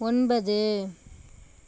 ஒன்பது